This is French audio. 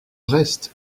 reste